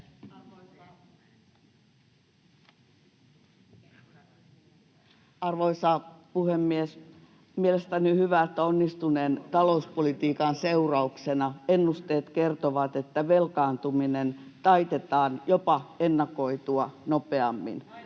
Arvoisa puhemies! Mielestäni on hyvä, että onnistuneen talouspolitiikan seurauksena ennusteet kertovat, että velkaantuminen taitetaan jopa ennakoitua nopeammin.